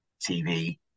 tv